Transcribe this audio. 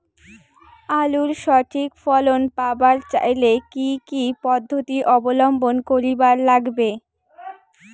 আলুর সঠিক ফলন পাবার চাইলে কি কি পদ্ধতি অবলম্বন করিবার লাগবে?